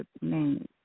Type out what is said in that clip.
name